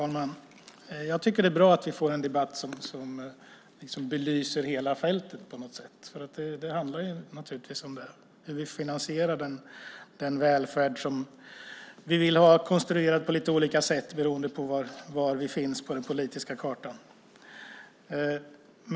Fru talman! Jag tycker att det är bra att vi får en debatt som på något sätt belyser hela fältet, för det handlar naturligtvis om hur vi finansierar den välfärd som vi vill konstruera på lite olika sätt, beroende på var vi finns på den politiska kartan.